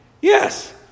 yes